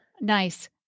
Nice